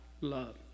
love